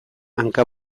hanka